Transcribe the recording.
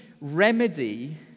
remedy